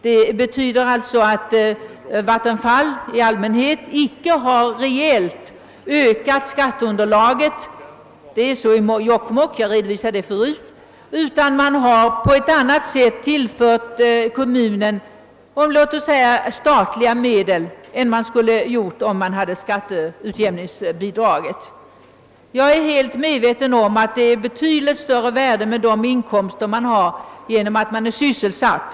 Det betyder alltså, att Vattenfall i allmänhet inte har reellt ökat skatteunderlaget. Ett undantag är Jokkmokk — jag redovisade det förut. Man har bara tillfört kommunen statliga medel på annat sätt än som skatteutjämningsbidrag. Jag är dock medveten om, att det är betydligt större värde med de inkomster man har på grund av att man är sysselsatt.